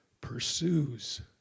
pursues